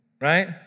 Right